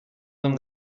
them